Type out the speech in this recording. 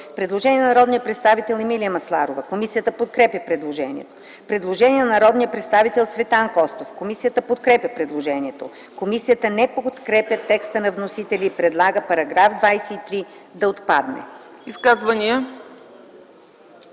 Предложение на народния представител Емилия Масларова. Комисията подкрепя предложението. Предложение на народния представител Цветан Костов. Комисията подкрепя предложението. Комисията не подкрепя текста на вносителя и предлага § 22 да отпадне. ПРЕДСЕДАТЕЛ